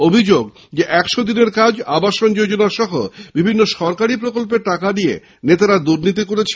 অভিযোগ একশো দিনের কাজ আবাস যোজনাসহ বিভিন্ন সরকারী প্রকল্পের টাকা নিয়ে নেতারা দুর্নীতি করেছেন